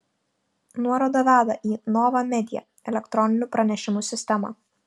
nuoroda veda į nova media elektroninių pranešimų sistemą